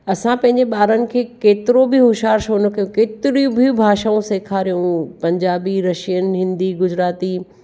असां पंहिंजे ॿारनि खे केतिरो बि होश्यार छो न कयूं केतिरियूं ॿियूं भाषाऊं सेखारियूं पंजाबी रशियन हिंदी गुजराती